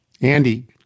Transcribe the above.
Andy